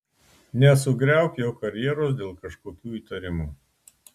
nesugriauk jo karjeros dėl kažkokių įtarimų